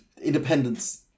independence